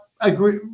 agree